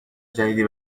جدیدی